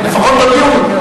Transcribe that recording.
לפחות תודיעו לי.